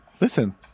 Listen